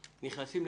ומתפרצת.